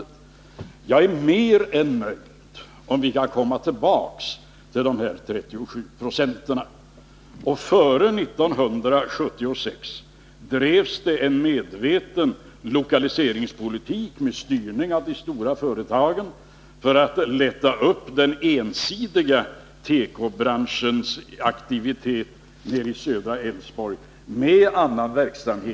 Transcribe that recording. Jag är mer än nöjd om vi kan komma tillbaka till de 37 procenten. Före 1976 bedrev man en medveten lokaliseringspolitik med styrning av de stora företagen för att lätta upp den ensidiga tekobranschens aktivitet i södra Älvsborg med annan verksamhet.